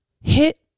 hit